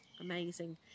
amazing